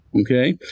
okay